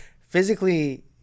physically